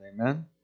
Amen